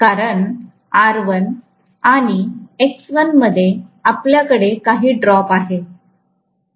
कारण R1 आणि X1 मध्ये आपल्याकडे काही ड्रॉप आहे